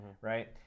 right